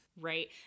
Right